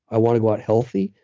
i want to go out healthy.